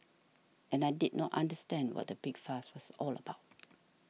and I did not understand what the big fuss was all about